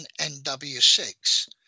NW6